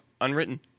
Unwritten